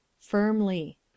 Firmly